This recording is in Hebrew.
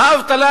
האבטלה,